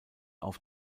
auf